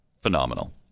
phenomenal